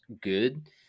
good